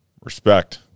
Respect